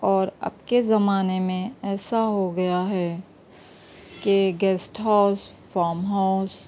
اور اب کے زمانے میں ایسا ہو گیا ہے کہ گیسٹ ہاؤس فام ہاؤس